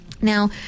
Now